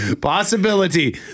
possibility